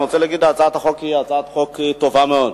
אני רוצה להגיד: הצעת החוק היא הצעת חוק טובה מאוד.